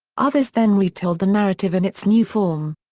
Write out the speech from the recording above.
others then retold the narrative in its new form.